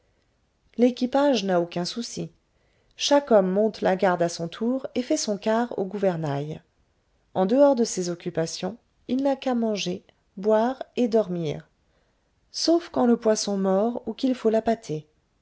l'équipage n'a aucun souci chaque homme monte la garde à son tour et fait son quart au gouvernail en dehors de ces occupations il n'a qu'à manger boire et dormir sauf quand le poisson mord ou qu'il faut